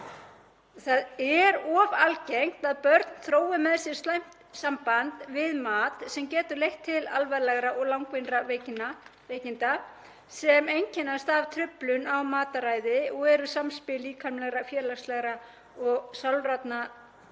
Það er of algengt að börn þrói með sér slæmt samband við mat sem getur leitt til alvarlegra og langvinnra veikinda sem einkennast af truflun á mataræði og eru samspil líkamlegra, félagslegra og sálrænna þátta